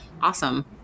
Awesome